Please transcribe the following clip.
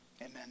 amen